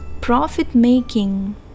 Profit-making